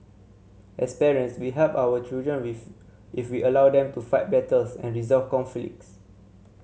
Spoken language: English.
as parents we help our children if we allow them to fight battles and resolve conflicts